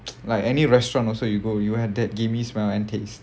like any restaurant also you go it will have that smell and taste